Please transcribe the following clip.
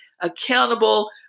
accountable